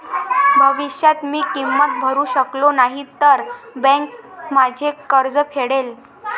भविष्यात मी किंमत भरू शकलो नाही तर बँक माझे कर्ज फेडेल